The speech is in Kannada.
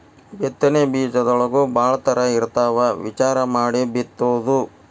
ಬಿತ್ತನೆ ಬೇಜದೊಳಗೂ ಭಾಳ ತರಾ ಇರ್ತಾವ ವಿಚಾರಾ ಮಾಡಿ ಬಿತ್ತುದು